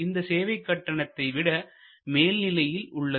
இது சேவை கட்டணத்தை விட மேல் நிலையில் உள்ளது